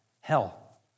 hell